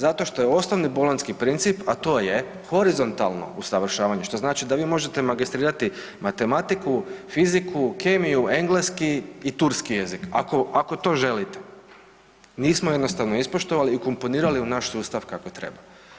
Zato što je osnovni bolonjski princip, a to je horizontalno usavršavanje, što znači da vi možete magistrirati matematiku, fiziku, kemiju, engleski i turski jezik, ako to želite, nismo jednostavno ispoštovali i ukomponirali u naš sustav kako treba.